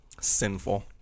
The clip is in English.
Sinful